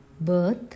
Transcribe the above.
Birth